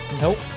Nope